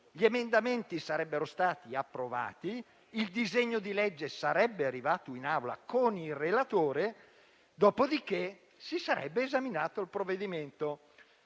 gli emendamenti sarebbero stati approvati, il disegno di legge sarebbe arrivato in Assemblea con il relatore, dopodiché si sarebbe esaminato il provvedimento.